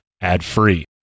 ad-free